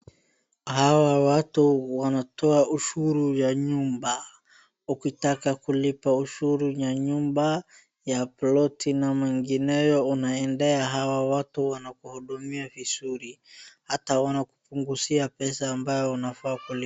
Hawa watu wanatoa ushuru ya nyumba ukitaka kulipa ushuru ya nyumba, ya ploti na mengineyo unaendea hawa watu wanakuhudumia vizuri. Hata wanakupunguzia pesa ambayo unafaa kulipa.